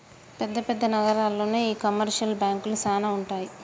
పెద్ద పెద్ద నగరాల్లోనే ఈ కమర్షియల్ బాంకులు సానా ఉంటాయి